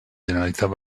generalitat